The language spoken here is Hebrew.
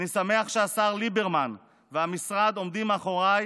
אני שמח שהשר ליברמן והמשרד עומדים מאחוריי